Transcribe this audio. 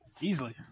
Easily